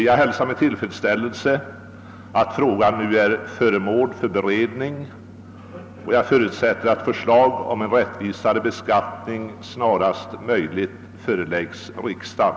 Jag hälsar med tillfredsställelse att frågan är föremål för beredning, och jag förutsätter att förslag om en rättvisare beskattning snarast möjligt föreläggs riksdagen.